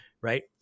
right